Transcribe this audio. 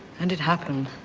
and it happened.